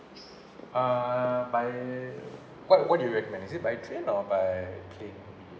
uh by what what you recommend is it by train or by plane